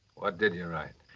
what did you write?